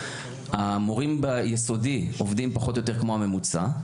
המורים ביסודי עובדים פחות או יותר כמו הממוצע,